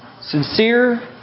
sincere